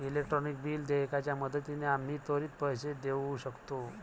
electronic bill देयकाच्या मदतीने आम्ही त्वरित पैसे देऊ शकतो